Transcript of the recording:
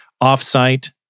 off-site